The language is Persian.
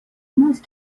ماست